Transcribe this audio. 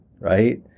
right